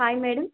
hi madam